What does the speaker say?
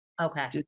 Okay